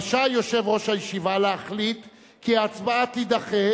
רשאי יושב-ראש הישיבה להחליט כי ההצבעה תידחה